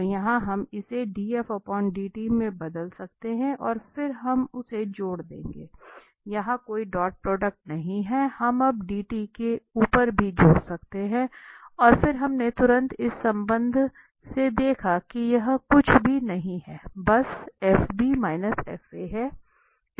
तो यहाँ हम इसे df dt में बदल सकते हैं और फिर हम उसे जोड़ देंगे यहाँ कोई डॉट प्रोडक्ट नहीं है हम अब dt के ऊपर भी जोड़ सकते हैं और फिर हमने तुरंत इस संबंध से देखा कि यह कुछ भी नहीं है बस f f हैं